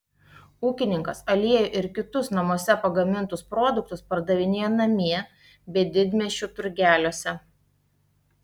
ūkininkas aliejų ir kitus namuose pagamintus produktus pardavinėja namie bei didmiesčių turgeliuose